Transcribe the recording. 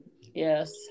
Yes